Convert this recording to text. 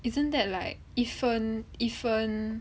isn't that like 一分一分